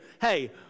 hey